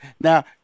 Now